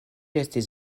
estis